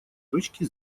точки